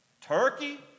turkey